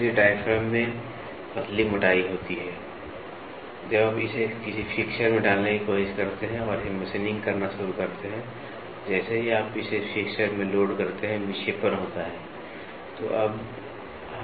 इसलिए डायफ्राम में पतली मोटाई होती है इसलिए जब आप इसे किसी फिक्सचर में डालने की कोशिश करते हैं और इसे मशीनिंग करना शुरू करते हैं तो जैसे ही आप इसे फिक्स्चर में लोड करते हैं विक्षेपण होता है